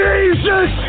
Jesus